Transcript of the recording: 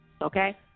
okay